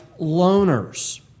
loners